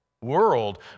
world